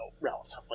relatively